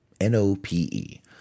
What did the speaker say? N-O-P-E